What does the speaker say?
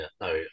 no